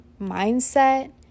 mindset